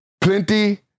plenty